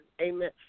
amen